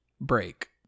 break